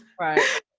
Right